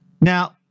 Now